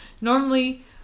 normally